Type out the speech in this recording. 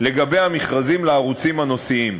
לגבי המכרזים לערוצים הנושאיים.